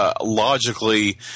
Logically